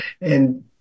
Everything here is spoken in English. and-